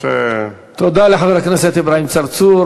תודה לחבר הכנסת אברהים צרצור.